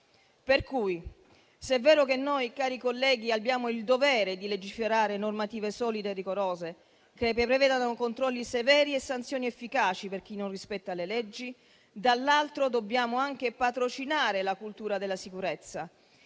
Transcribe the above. Pertanto, se è vero che noi, cari colleghi, abbiamo il dovere di registrare normative solide e rigorose che prevedano controlli severi e sanzioni efficaci per chi non rispetta le leggi, dall'altro dobbiamo anche patrocinare la cultura della sicurezza,